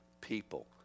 people